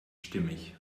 stimmig